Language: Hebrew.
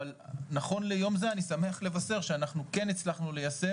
אבל נכון ליום זה אני שמח לבשר שאנחנו כן הצלחנו ליישם